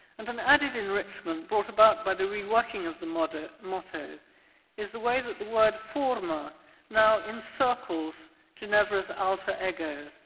and an added enrichment brought about by the reworking of the motto motto is the way that the word forma now encircles ginevra's alter ego,